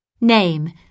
Name